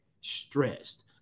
stressed